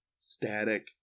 static